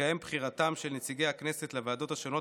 תתקיים בחירתם של נציגי הכנסת לוועדות השונות